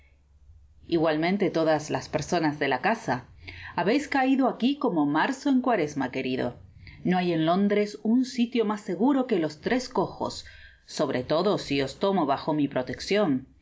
igualmente todas las personas de la casa habsis caido aqui como marzo en cuaresma querido no hay en londres un sitio mas seguro que los tres cojos sobre todo si os tomo bajo mi proteccion